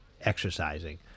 exercising